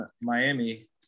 Miami